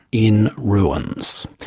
in ruins.